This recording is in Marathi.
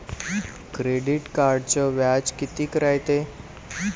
क्रेडिट कार्डचं व्याज कितीक रायते?